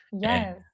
Yes